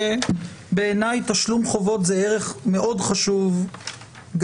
כי בעיניי תשלום חובות זה ערך מאוד חשוב גם